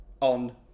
on